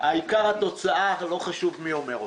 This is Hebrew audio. העיקר התוצאה, לא חשוב מי אומר אותה.